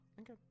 Okay